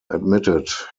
admitted